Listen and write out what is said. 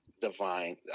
divine